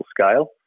scale